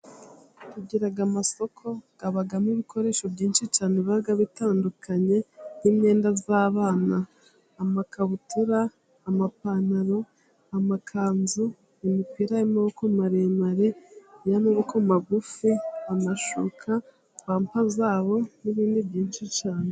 Tugira amasoko abamo ibikoresho byinshi cyane biba bitandukanye n'imyenda y'abana, amakabutura, amapantaro ,amakanzu, imipira y'amaboko maremare, iy'amaboko magufi, amashuka, pampa zabo n'ibindi byinshi cyane.